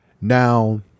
Now